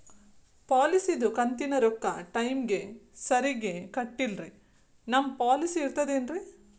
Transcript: ಪಾಲಿಸಿದು ಕಂತಿನ ರೊಕ್ಕ ಟೈಮಿಗ್ ಸರಿಗೆ ಕಟ್ಟಿಲ್ರಿ ನಮ್ ಪಾಲಿಸಿ ಇರ್ತದ ಏನ್ರಿ?